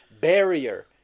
barrier